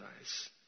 eyes